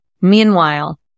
Meanwhile